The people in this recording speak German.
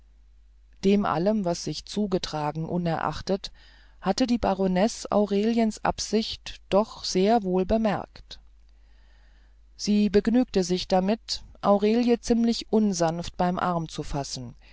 dem allem was sich zugetragen unerachtet hatte die baronesse aureliens absicht doch sehr wohl bemerkt sie begnügte sich damit aurelien ziemlich unsanft beim arm zu fassen